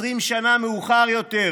20 שנה מאוחר יותר,